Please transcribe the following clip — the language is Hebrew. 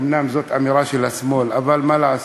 אומנם זאת אמירה של השמאל, אבל מה לעשות,